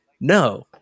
no